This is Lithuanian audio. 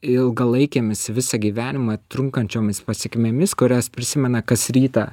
ilgalaikėmis visą gyvenimą trunkančiomis pasekmėmis kurias prisimena kas rytą